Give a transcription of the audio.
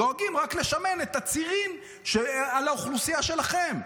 דואגים רק לשמן את הצירים על האוכלוסייה שלכם,